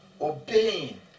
Obeying